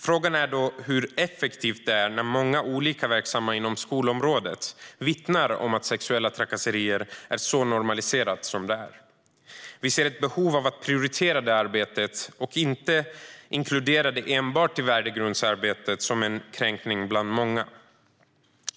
Frågan är hur effektivt det är, när många verksamma inom skolområdet vittnar om att sexuella trakasserier är så pass normaliserat som det är. Vi ser ett behov av att prioritera det arbetet och att inte inkludera det enbart i värdegrundsarbetet som en kränkning bland många.